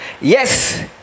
Yes